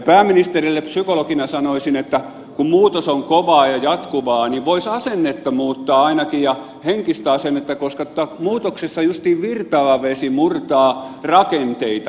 pääministerille psykologina sanoisin että kun muutos on kovaa ja jatkuvaa niin voisi asennetta muuttaa ainakin ja henkistä asennetta koska muutoksissa justiin virtaava vesi murtaa rakenteita